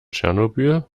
tschernobyl